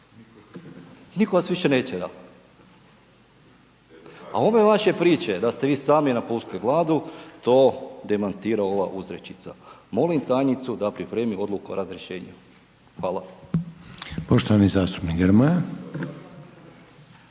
nitko vas više neće. A ove vaše priče da ste vi sami napustili Vladu to demantira ova uzrečica, molim tajnicu da pripremi odluku o razrješenju. Hvala. **Reiner,